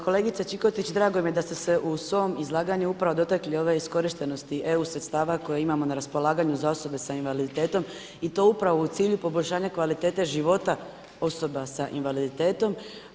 Kolegice Čikotić, drago mi je da ste se u svom izlaganju upravo dotakli ove iskorištenosti EU sredstava koje imamo na raspolaganju za osobe sa invaliditetom i to upravo u cilju poboljšanja kvalitete života osoba sa invaliditetom.